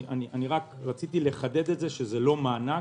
אני רק רציתי לחדד שזה לא מענק,